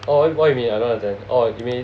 orh what you mean I don't understand orh you mean